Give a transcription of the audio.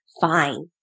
fine